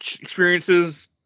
experiences